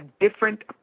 different